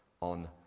on